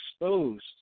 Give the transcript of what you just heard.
exposed